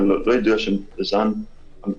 ולא ידוע שזה הזן המדובר,